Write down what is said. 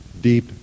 deep